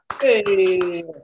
Hey